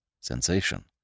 Sensation